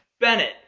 Bennett